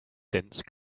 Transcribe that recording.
dense